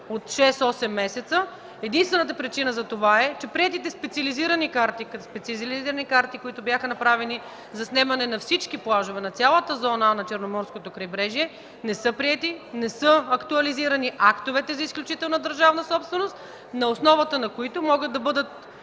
от 6-8 месеца, единствената причина за това е, че приетите специализирани карти, които бяха направени – заснемане на всички плажове, на цялата зона „А” на Черноморското крайбрежие, не са приети. Не са актуализирани актовете за изключителна държавна собственост, на основата на които могат да бъдат